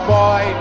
boy